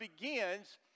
begins